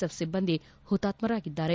F ಸಿಬ್ಬಂದಿ ಹುತಾತ್ಕರಾಗಿದ್ದಾರೆ